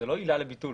זאת לא עילה לביטול